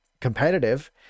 competitive